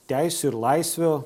teisių ir laisvių